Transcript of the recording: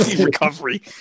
Recovery